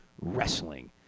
wrestling